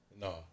No